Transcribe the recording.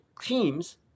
teams